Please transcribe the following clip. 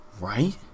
Right